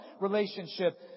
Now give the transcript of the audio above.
relationship